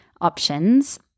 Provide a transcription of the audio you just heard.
options